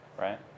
right